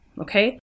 okay